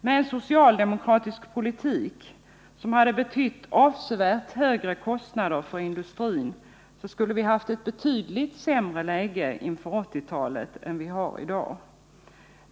Med en socialdemokratisk politik, som hade betytt avsevärt högre kostnader för industrin, skulle vi ha haft ett betydligt sämre läge inför 1980-talet än vi har i dag.